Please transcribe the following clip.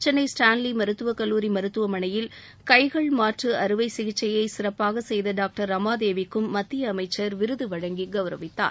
Chennai Stanley மருத்துவக் கல்லூரி மருத்துவமனையில் கைகள் மாற்று அறுவை சிகிச்சையை சிறப்பாக செய்த டாக்டர் ரமாதேவிக்கும் மத்திய அமைச்சர் விருது வழங்கி கௌரவித்தார்